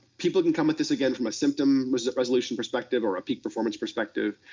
people can come at this again from a symptom resolution perspective or a peak performance perspective.